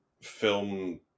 film